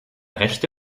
rechte